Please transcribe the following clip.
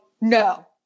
no